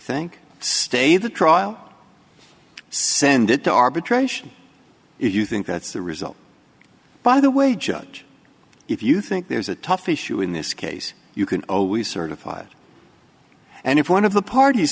think stay the trial send it to arbitration if you think that's the result by the way judge if you think there's a tough issue in this case you can always certified and if one of the parties